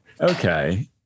okay